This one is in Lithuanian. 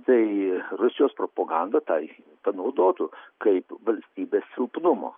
tai rusijos propaganda tą panaudotų kaip valstybės silpnumo